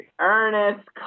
Ernest